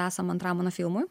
esam antram filmui